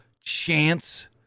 chance